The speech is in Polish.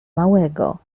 małego